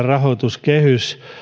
rahoituskehys